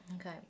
Okay